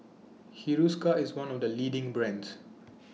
Hiruscar IS one of The leading brands